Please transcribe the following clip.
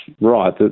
right